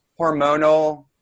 hormonal